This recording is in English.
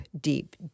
deep